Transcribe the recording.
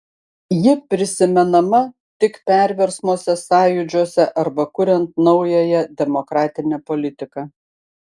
ji prisimenama tik perversmuose sąjūdžiuose arba kuriant naująją demokratinę politiką